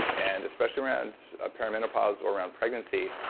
and especially around ah perimenopause or around pregnancy,